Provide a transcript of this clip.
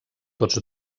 tots